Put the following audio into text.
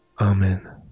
Amen